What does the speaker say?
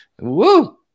Woo